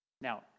Now